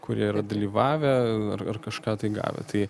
kurie yra dalyvavę ar ar kažką tai gavę tai